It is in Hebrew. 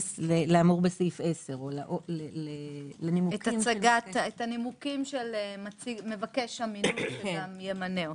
לאמור בסעיף 10. את הנימוקים של מבקש המינוי שגם ימנה אותו.